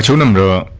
so number